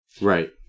Right